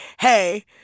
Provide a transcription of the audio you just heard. Hey